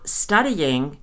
studying